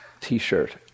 t-shirt